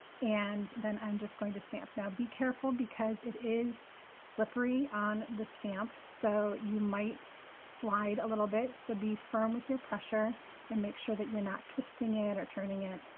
and then i'm just going to stamp. now, be careful because it is slippery on the stamp. so you might slide a little bit. so be firm with your pressure and make sure that you're not twisting or turning it.